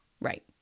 Right